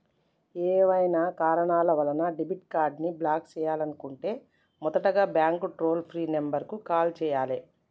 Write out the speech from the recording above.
ఏవైనా కారణాల వలన డెబిట్ కార్డ్ని బ్లాక్ చేయాలనుకుంటే మొదటగా బ్యాంక్ టోల్ ఫ్రీ నెంబర్ కు కాల్ చేయాలే